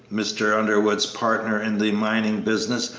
mr. underwood's partner in the mining business,